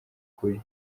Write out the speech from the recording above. kuri